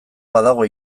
badago